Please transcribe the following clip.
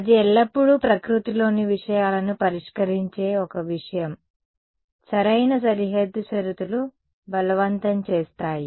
అది ఎల్లప్పుడూ ప్రకృతిలోని విషయాలను పరిష్కరించే ఒక విషయం సరైన సరిహద్దు షరతులు బలవంతం చేస్తాయి